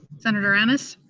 senator ennis?